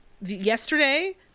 yesterday